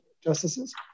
justices